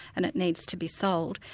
and it needs to be sold,